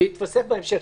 זה יתווסף בהמשך.